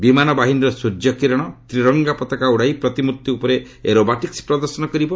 ବିମାନ ବାହିନୀର ସୂର୍ଯ୍ୟ କିରଣ ତ୍ରୀରଙ୍ଗା ପତାକା ଉଡ଼ାଇ ପ୍ରତିମୂର୍ତ୍ତି ଉପରେ ଏରୋବାଟିକ୍ୱ ପ୍ରଦର୍ଶନ କରିବ